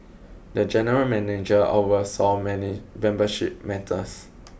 the general manager oversaw many membership matters